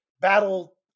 battle